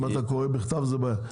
אם אתה קורא מהכתב, זו בעיה.